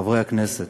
חברי הכנסת,